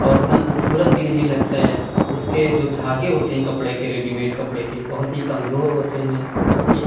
اور اتنا خوبصورت بھی نہیں لگتا ہے اُس کے جو دھاگے ہوتے ہیں کپڑے کے ریڈی میڈ کپڑے کے بہت ہی کمزور ہوتے ہیں اور ایک